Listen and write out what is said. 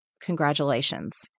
Congratulations